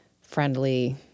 friendly